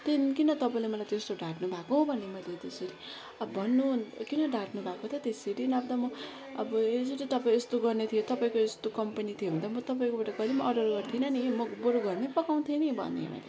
त्यहाँदेखि किन तपाईँले मलाई त्यस्तो ढाँट्नु भएको भने मैले त्यसरी अब भन्नु किन ढाँट्नु भएको त त्यसरी नभए त म अब जुन चाहिँ तपाईँले यस्तो गर्ने थियो भने तपाईँको यस्तो कम्पनी थियो भने म तपाईँकोबाट कहिले नि अर्डर गर्ने थिइनँ नि बरु घरमै पकाउने थिएँ नि भने मैले